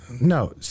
no